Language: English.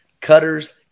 cutters